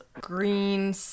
green